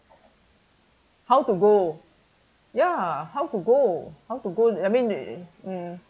how to go ya how to go how to go I mean e~ mm